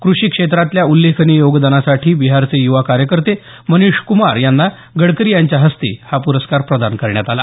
क्रषी क्षेत्रातल्या उल्लेखनीय योगदानासाठी बिहारचे युवा कार्यकर्ते मनीष कुमार यांना गडकरी यांच्या हस्ते हा पुरस्कार प्रदान करण्यात आला